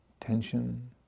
tension